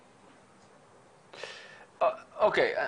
אוקיי,